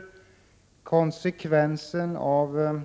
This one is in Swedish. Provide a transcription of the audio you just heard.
Beträffande konsekvenserna av en